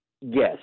Yes